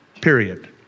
period